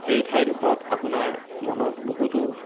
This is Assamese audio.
সেই ঠাইডোখৰত আপোনাৰ মনত বহুতো